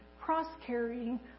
cross-carrying